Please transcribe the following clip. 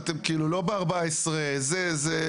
אנחנו לא רואים איזה נזק גדול,